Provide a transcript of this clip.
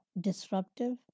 disruptive